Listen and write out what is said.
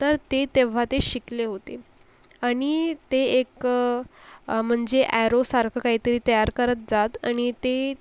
तर ते तेव्हा ते शिकले होते आणि ते एक म्हणजे ॲरोसारखं काहीतरी तयार करत जात आणि ते